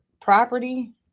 property